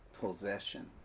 possession